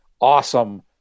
awesome